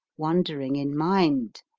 wondering in mind,